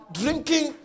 drinking